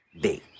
day